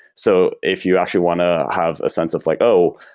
so if you actually want to have a sense of like, oh,